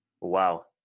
Wow